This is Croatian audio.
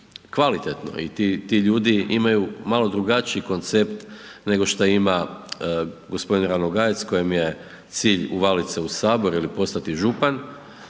kvalitetno i ti ljudi imaju malo drugačiji koncept nego što ima g. Ranogajec kojem je cilj uvaliti se u Sabor ili postati župan